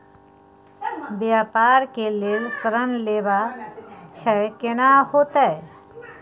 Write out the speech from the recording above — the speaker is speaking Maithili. व्यापार के लेल ऋण लेबा छै केना होतै?